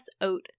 oat